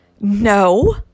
no